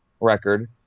record